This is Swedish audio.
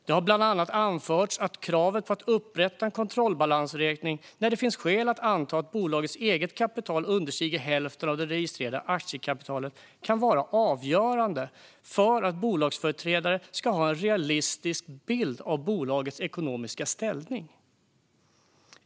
Det har bland annat anförts att kravet på att upprätta en kontrollbalansräkning när det finns skäl att anta att bolagets eget kapital understiger hälften av det registrerade aktiekapitalet kan vara avgörande för att bolagsföreträdare ska ha en realistisk bild av bolagets ekonomiska ställning.